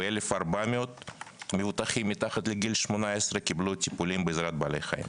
ו-1,400 מבוטחים מתחת לגיל 18 קיבלו טיפולים בעזרת בעלי חיים.